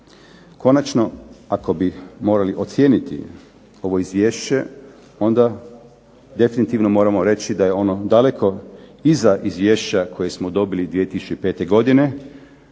Konačno, ako bi morali ocijeniti ovo izvješće, onda definitivno moramo reći da je ono daleko iza izvješća koje smo dobili 2005. godine,